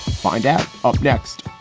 find out ah next